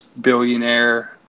billionaire